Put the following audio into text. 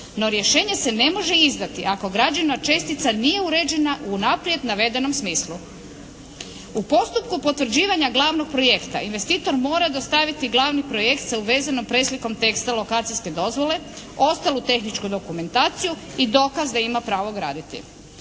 No, rješenje se ne može izdati ako građevna čestica nije uređena u unaprijed navedenom smislu. U postupku potvrđivanja glavnog projekta investitor mora dostaviti glavni projekt sa uvezenom preslikom teksta lokacijske dozvole, ostalu tehničku dokumentaciju i dokaz da ima pravo graditi.